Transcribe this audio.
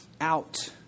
out